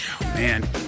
man